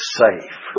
safe